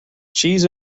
cheese